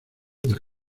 del